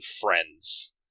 Friends